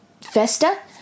Festa